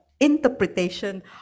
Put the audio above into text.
Interpretation